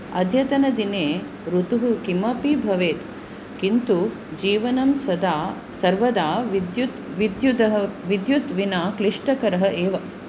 अद्यतनदिने ऋतुः किमपि भवेत् किन्तु जीवनं सदा सर्वदा विद्युत् विद्युदः विद्युत् विना क्लिष्टकरः एव